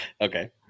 Okay